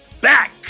back